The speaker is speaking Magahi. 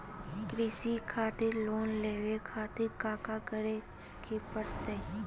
कृषि खातिर लोन लेवे खातिर काका करे की परतई?